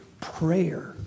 Prayer